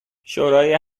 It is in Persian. شورای